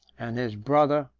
and his brother,